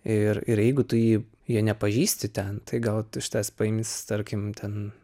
ir ir jeigu tu jį jo nepažįsti ten tai gal iš tavęs paims tarkim ten